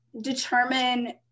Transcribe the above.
determine